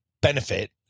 benefit